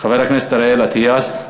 חבר הכנסת אריאל אטיאס,